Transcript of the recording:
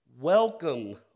welcome